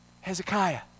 Hezekiah